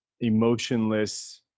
Emotionless